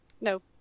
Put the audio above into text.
No